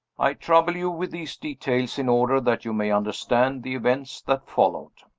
i trouble you with these details in order that you may understand the events that followed.